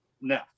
No